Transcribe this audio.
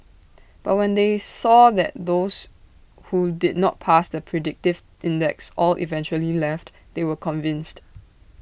but when they saw that those who did not pass the predictive index all eventually left they were convinced